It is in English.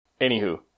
Anywho